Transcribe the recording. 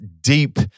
deep